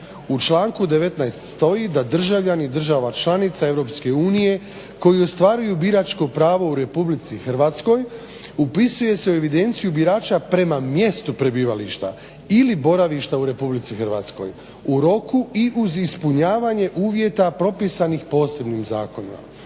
u članku 19.stoji da državljani država članica Europske unije koji ostvaruju biračko pravo u Republici Hrvatskoj upisuje se u evidenciju birača prema mjestu prebivališta ili boravišta u Republici Hrvatskoj u roku i uz ispunjavanje uvjeta propisanih posebnim zakonima.